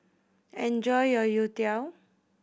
enjoy your youtiao